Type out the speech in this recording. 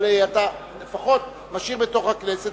אבל אתה לפחות משאיר בתוך הכנסת,